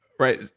right.